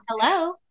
hello